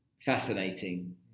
fascinating